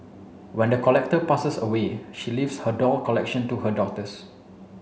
when the collector passes away she leaves her doll collection to her daughters